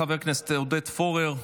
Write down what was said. חבר הכנסת עודד פורר,